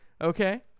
Okay